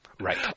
Right